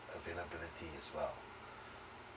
availability as well